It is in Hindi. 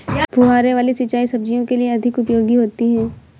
फुहारे वाली सिंचाई सब्जियों के लिए अधिक उपयोगी होती है?